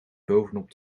bovenop